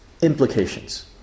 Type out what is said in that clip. implications